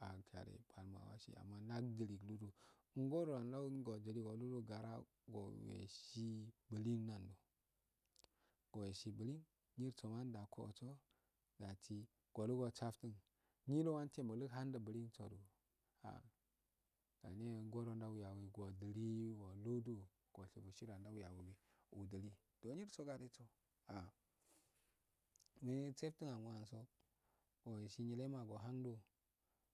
Gara ae. palnalwasi amma nagduh wuludo ngo gudo nandili anhiduo gara wunesi nblin nando gowesi blin nyirosona da kvoso dasi gowgo safun nyido wantev naulugu handu blinsodu ah ngo ado odilii wulodu goshibisiyo nda yogi do nyirso gadero ah ne saftun ange anso owesi nyeh man ohando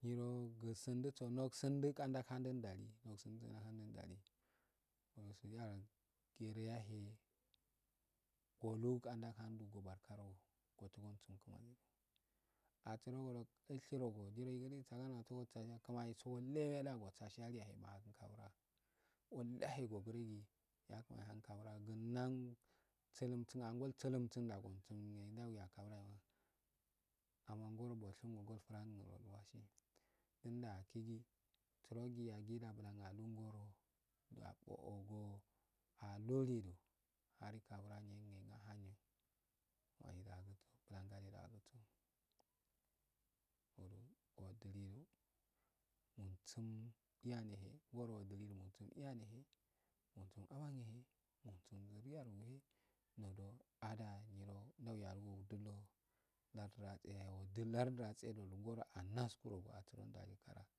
nyirogusundisu nogusundr andagu handi ogusandi da dahali dalii gere yahee gowandahardi gobarkar o otugusunkindo asurdo gashingo giro gidugi sagalo kimaniso lewellangososhelligaye mahakin kabra ullahe ogurudii yakimani haun kabra gun nan selumse angol suhumsun da owusun da yayi kabradu angorogu wasi alagee surogi yagida blan alungon do ambwa ogo ahilido hari kabra nyegu ahanyo blan gade da agiso olu odilido munsun iyanehe ngoro udilidu munsun iyane he nunsun abangehe musun liyangu he nodo adanyiro yagogi aduldoho lardi row atse do ngoro wanarturo asurondali go gara makadolwasi.